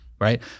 Right